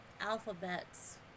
alphabets